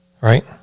Right